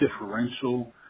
differential